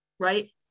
Right